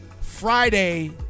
Friday